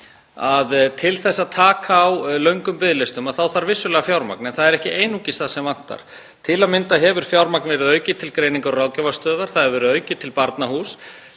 að til að taka á löngum biðlistum þarf vissulega fjármagn, en það er ekki einungis það sem vantar. Til að mynda hefur fjármagn verið aukið til Ráðgjafar- og greiningarstöðvar og það hefur verið aukið til Barnahúss.